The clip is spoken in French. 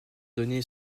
donné